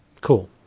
Cool